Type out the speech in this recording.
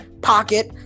pocket